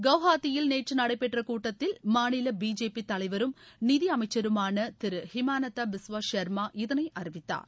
குவாஹாத்தியில் நேற்று நடைபெற்ற கூட்டத்தில் மாநில பிஜேபி தலைவரும் நிதி அமைச்சருமான திரு ஹிமாநத்தா பிஸ்வா சர்மா இதனை அறிவித்தார்